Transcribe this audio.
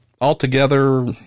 Altogether